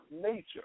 nature